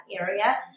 area